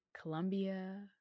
Colombia